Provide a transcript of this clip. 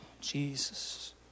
Jesus